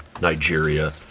Nigeria